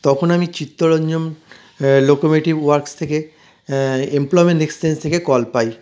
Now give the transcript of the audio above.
তখন আমি Chittaranjan locomotive works থেকে এমপ্লয়মেন্ট এক্সচেঞ্জ থেকে কল পাই